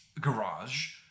garage